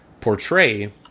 portray